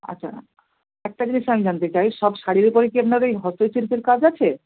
আচ্ছা একটা জিনিস আমি জানতে চাই সব শাড়ির উপরে কি আপনার এই হস্ত শিল্পের কাজ আছে